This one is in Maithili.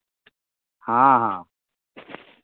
हँ हँ